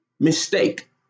mistake